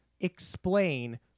explain